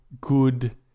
good